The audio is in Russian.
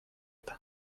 это